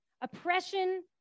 oppression